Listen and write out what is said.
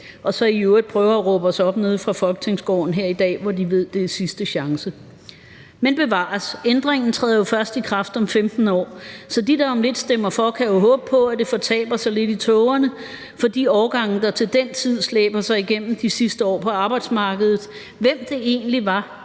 og så i øvrigt prøver at råbe os op nede fra Folketingsgården her i dag, hvor de ved det er sidste chance? Men bevares, ændringen træder jo først i kraft om 15 år, så de, der om lidt stemmer for, kan jo håbe på, at det fortaber sig lidt i tågerne for de årgange, der til den tid slæber sig gennem de sidste år på arbejdsmarkedet, hvem det egentlig var,